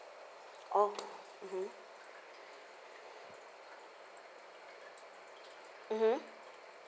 oh mmhmm